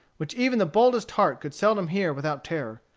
which even the boldest heart could seldom hear without terror,